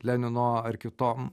lenino ar kitom